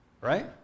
Right